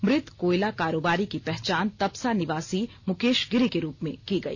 मृत कोयला कारोबारी की पहचान तपसा निवासी मुकेश गिरि के रूप में की गई